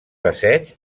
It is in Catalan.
passeig